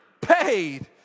paid